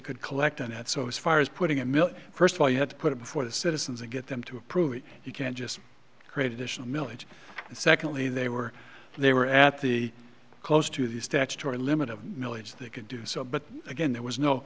could collect on it so as far as putting a mill first of all you have to put it before the citizens and get them to approve it you can't just create additional milage and secondly they were they were at the close to the statutory limit of milage they could do so but again there was no